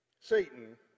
Satan